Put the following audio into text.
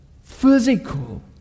physical